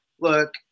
look